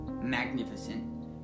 magnificent